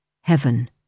heaven